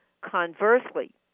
Conversely